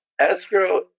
escrow